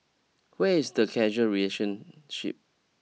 where is the causal relationship